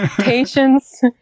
Patience